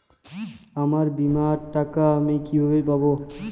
আমার বীমার টাকা আমি কিভাবে পাবো?